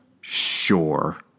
sure